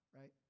right